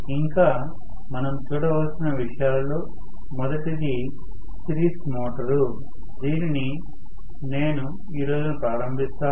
ఇంకా మనం చూడవలసిన విషయాలలో మొదటిది సిరీస్ మోటారు దీనిని నేను ఈ రోజున ప్రారంభిస్తాను